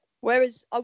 Whereas